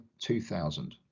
2000